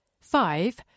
Five